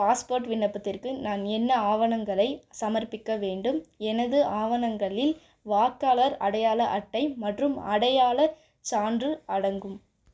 passport விண்ணப்பத்திற்கு நான் என்ன ஆவணங்களை சமர்ப்பிக்க வேண்டும் எனது ஆவணங்களில் வாக்காளர் அடையாள அட்டை மற்றும் அடையாளச் சான்று அடங்கும்